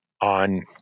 on